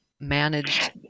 managed